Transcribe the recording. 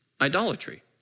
Idolatry